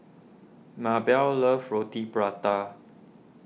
Maybell loves Roti Prata